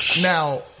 Now